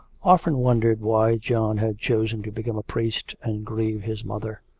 often wondered why john had chosen to become a priest and grieve his mother.